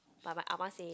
but my ah ma say